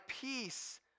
peace